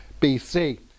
BC